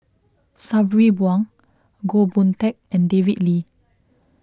Sabri Buang Goh Boon Teck and David Lee